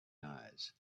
eyes